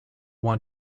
want